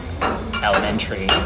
elementary